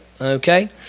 okay